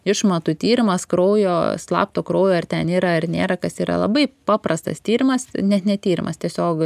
išmatų tyrimas kraujo slapto kraujo ar ten yra ar nėra kas yra labai paprastas tyrimas net ne tyrimas tiesiog